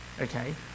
Okay